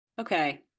Okay